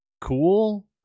cool